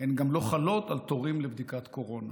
הן גם לא חלות על תורים לבדיקת קורונה,